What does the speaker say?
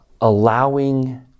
Allowing